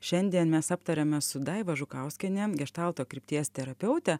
šiandien mes aptariame su daiva žukauskiene geštalto krypties terapeute